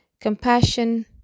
compassion